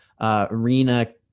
arena